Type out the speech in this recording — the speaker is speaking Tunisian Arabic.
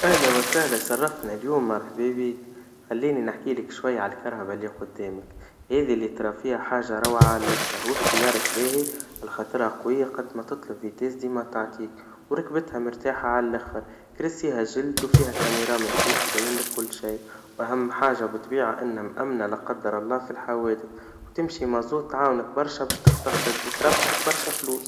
أهلا وسهلا, شرفتنا اليوم مرحبا بيك, خليني نحكيلك شوي عن السيارا اللي قدامك, هذي اللي ترا فيها حاجة روعا عالآخر, واختيارك باهي والسيارة قوية قد ما تقدر تطلب سرعة بتعطيك, وركبتها مرتاحة عالآخر, كراسيها جلد وفيها كاميرا من الخلف تبينلك كل شي, واهم حاجة بتبيع إنها مأمنة لا قدر الله في الحوادث, وتمشي مظبوط تعاونك برشا باش تقتصد وتربح برشا فلوس.